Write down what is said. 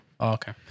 Okay